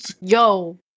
Yo